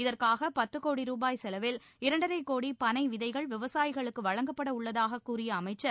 இதற்காக பத்து கோடி ரூபாய் செலவில் இரண்டரை கோடி பனை விதைகள் விவசாயிகளுக்கு வழங்கப்பட உள்ளதாக கூறிய அமைச்சர்